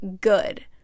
good